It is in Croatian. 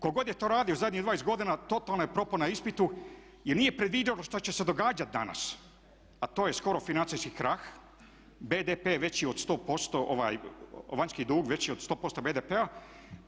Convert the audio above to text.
Ko god je to radi zadnjih 20 godina totalno je propao na ispitu jer nije predvidio šta će se događati danas, a to je skoro financijski krah, BDP je veći od 100%, vanjski dug veći od 100% BDP-a.